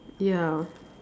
ya